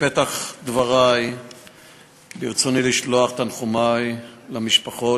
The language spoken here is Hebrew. בפתח דברי ברצוני לשלוח את תנחומי למשפחות